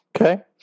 Okay